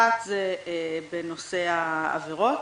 אחת, בנושא העבירות.